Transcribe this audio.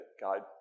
God